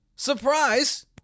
Surprise